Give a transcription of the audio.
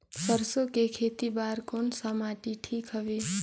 सरसो के खेती बार कोन सा माटी ठीक हवे?